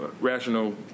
rational